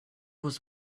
was